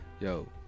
Yo